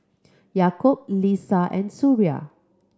Yaakob Lisa and Suria